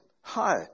Hi